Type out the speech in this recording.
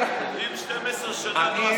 אם 12 שנה לא עשינו כלום,